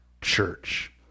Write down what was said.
church